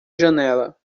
janela